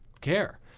care